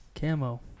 Camo